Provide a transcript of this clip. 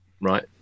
right